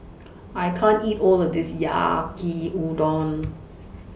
I can't eat All of This Yaki Udon